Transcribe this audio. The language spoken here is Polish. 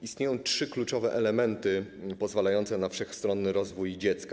Istnieją trzy kluczowe elementy pozwalające na wszechstronny rozwój dziecka.